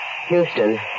Houston